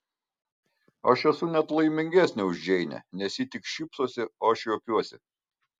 aš esu net laimingesnė už džeinę nes ji tik šypsosi o aš juokiuosi